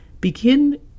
begin